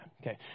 Okay